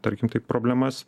tarkim taip problemas